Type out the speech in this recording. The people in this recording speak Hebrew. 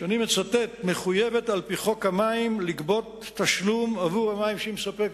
ואני מצטט: "מחויבת על-פי חוק המים לגבות תשלום עבור המים שהיא מספקת".